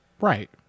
right